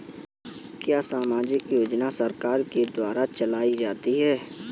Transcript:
क्या सामाजिक योजना सरकार के द्वारा चलाई जाती है?